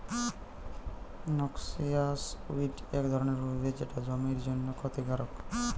noxious weed এক ধরণের উদ্ভিদ যেটা জমির জন্যে ক্ষতিকারক